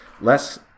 less